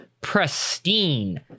pristine